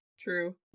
true